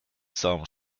some